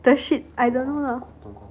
the shit I don't know lah